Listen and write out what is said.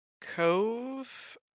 cove